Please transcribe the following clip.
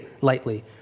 lightly